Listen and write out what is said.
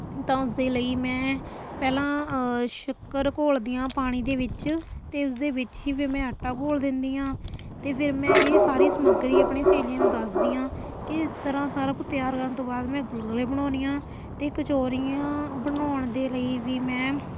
ਤਾਂ ਉਸਦੇ ਲਈ ਮੈਂ ਪਹਿਲਾਂ ਸ਼ੱਕਰ ਘੋਲਦੀ ਹਾਂ ਪਾਣੀ ਦੇ ਵਿੱਚ ਅਤੇ ਉਸਦੇ ਵਿੱਚ ਹੀ ਫਿਰ ਮੈਂ ਆਟਾ ਘੋਲ ਦਿੰਦੀ ਹਾਂ ਅਤੇ ਫਿਰ ਮੈਂ ਇਹ ਸਾਰੀ ਸਮੱਗਰੀ ਆਪਣੀ ਸਹੇਲੀਆਂ ਨੂੰ ਦੱਸਦੀ ਹਾਂ ਕਿ ਇਸ ਤਰ੍ਹਾਂ ਸਾਰਾ ਕੁਛ ਤਿਆਰ ਕਰਨ ਤੋਂ ਬਾਅਦ ਮੈਂ ਗੁਲਗੁਲੇ ਬਣਾਉਂਦੀ ਹਾਂ ਅਤੇ ਕਚੋਰੀਆਂ ਬਣਾਉਣ ਦੇ ਲਈ ਵੀ ਮੈਂ